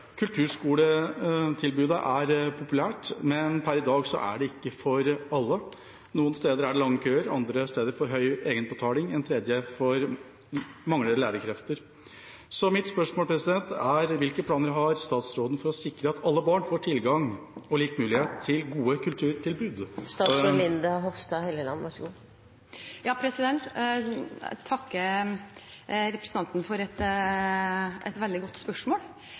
Kulturskoletilbudet er populært, men per i dag er det ikke for alle. Noen steder er det lange køer, andre steder for høy egenbetaling, et tredje sted mangler lærerkrefter. Så mitt spørsmål er: Hvilke planer har statsråden for å sikre at alle barn får tilgang og lik mulighet til gode kulturtilbud?